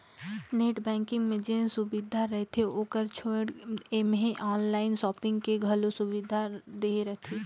net banking मे जेन सुबिधा रहथे ओकर छोयड़ ऐम्हें आनलाइन सापिंग के घलो सुविधा देहे रहथें